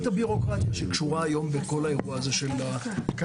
את הביורוקרטיה שקשורה היום בכל האירוע של הקנביס.